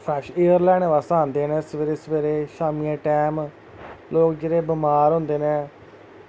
fresh air लैने आस्तै औंदे न सबेरे सबेरे ते शामीं दे टैम लोक जेह्ड़े बमार होंदे न